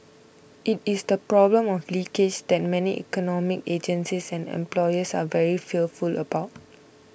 it is the problem of leakage's that many economic agencies and employers are very fearful about